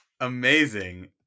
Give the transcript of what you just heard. Amazing